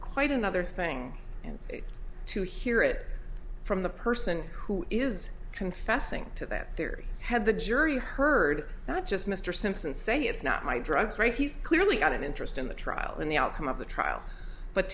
quite another thing and to hear it from the person who is confessing to that theory had the jury heard not just mr simpson saying it's not my drugs right he's clearly got an interest in the trial in the outcome of the trial but